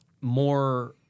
more